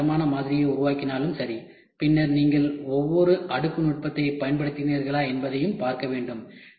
ஒரே ஒரு தரமான மாதிரியை உருவாக்கினாலும் சரி பின்னர் நீங்கள் ஒவ்வொரு அடுக்கு நுட்பத்தைப் பயன்படுத்தினீர்களா என்பதையும் பார்க்க வேண்டும்